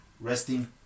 Resting